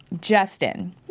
Justin